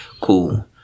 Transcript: Cool